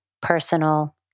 personal